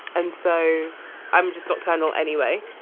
and so i'm just nocturnal anyway.